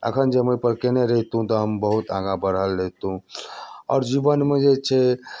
एखन जे हम ओहिपर केने रहितहुँ तऽ हम बहुत आगाँ बढ़ल रहितहुँ आओर जीवनमे जे छै